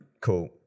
cool